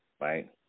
right